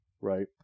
Right